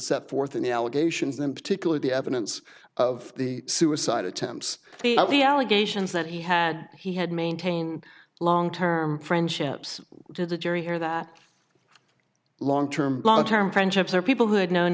set forth in the allegations and particularly the evidence of the suicide attempts the allegations that he had he had maintain long term friendships to the jury here that long term long term friendships are people who had known